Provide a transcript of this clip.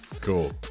Cool